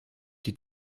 die